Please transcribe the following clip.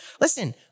Listen